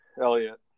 Elliott